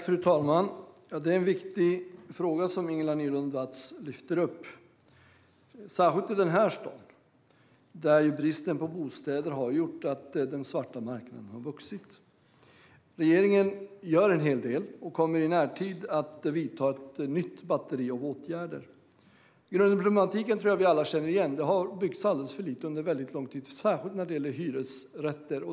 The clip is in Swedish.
Fru talman! Ingela Nylund Watz lyfter upp en viktig fråga. Det gäller särskilt i den här staden där bristen på bostäder har gjort att den svarta marknaden har vuxit. Regeringen gör en hel del och kommer i närtid att vidta ett nytt batteri av åtgärder. Grundproblematiken tror jag att vi alla känner igen. Det har byggts alldeles för lite under väldigt lång tid, särskilt när det gäller hyresrätter.